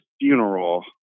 funeral